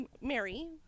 Mary